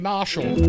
Marshall